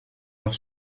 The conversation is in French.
leur